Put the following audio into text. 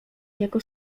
jako